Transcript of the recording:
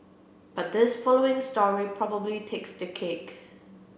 but this following story probably takes the cake